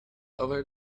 over